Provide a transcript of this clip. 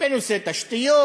בנושא תשתיות,